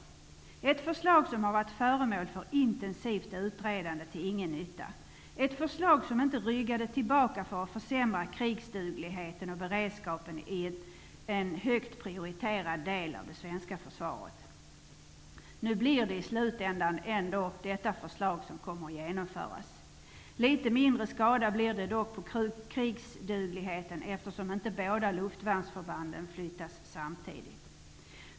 Det är ett förslag som varit föremål för ett intensivt utredande till ingen nytta, ett förslag där man inte ryggade tillbaka för att försämra krigsdugligheten och beredskapen i en högt prioriterad del av det svenska försvaret. Nu blir det i slutändan ändå detta förslag som kommer att genomföras. Litet mindre skada blir det dock på krigsdugligheten, eftersom inte båda luftvärnsförbanden flyttas samtidigt.